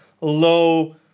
low